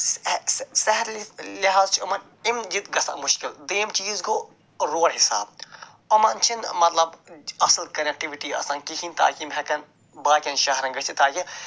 سارِوٕے لٮ۪حاظٕ چھِ یِمن أمۍ وِِزِ گَژھان مُشکِل دوٚیِم چیٖز گوٚو روڈ حِساب یِمن چھِنہٕ مطلب اَصٕل کنٮ۪کٹٕوِٹی آسان کِہیٖنٛۍ تاکہِ یِم ہٮ۪کان باقین شہرن گژھِتھ تاکہِ